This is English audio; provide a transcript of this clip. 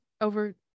over